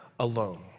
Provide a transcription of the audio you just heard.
alone